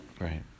Right